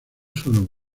solo